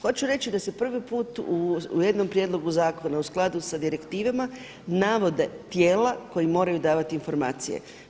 Hoću reći da se prvi put u jednom prijedlogu zakona u skladu sa direktivama navode tijela koja moraju davati informacije.